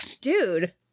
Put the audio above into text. Dude